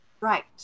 right